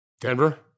Denver